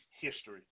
history